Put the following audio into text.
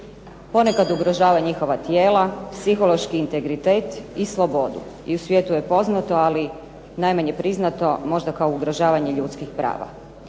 ponekad ugrožava njihova tijela, psihološki integritet i slobodu. I u svijetu je poznato ali najmanje priznato možda kao ugrožavanje ljudskih prava.